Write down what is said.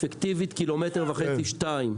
אפקטיבית 1.5-2 קילומטר.